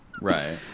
Right